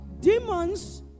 demons